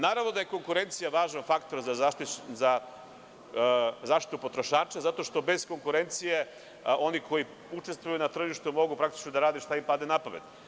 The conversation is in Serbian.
Naravno da je konkurencija važan faktor za zaštitu potrošača, zato što bez konkurencije oni koji učestvuju na tržištu mogu praktično da rade šta im padne na pamet.